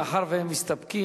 מאחר שהם מסתפקים,